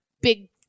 big